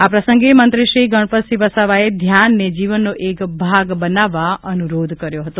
આ પ્રસંગે મંત્રી ગણપતસિંહ વસાવાએ ધ્યાનને જીવનનો એક ભાગ બનાવવા અનુરોધ કર્યો હતો